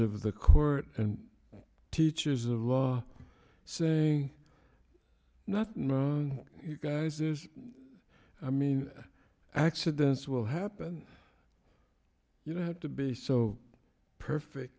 of the court and teachers of law saying not known you guys this i mean accidents will happen you have to be so perfect